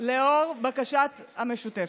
לאור בקשת המשותפת.